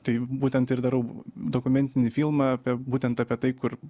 tai būtent ir darau dokumentinį filmą apie būtent apie tai kur